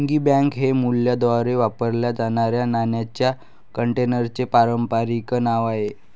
piggy bank हे मुलांद्वारे वापरल्या जाणाऱ्या नाण्यांच्या कंटेनरचे पारंपारिक नाव आहे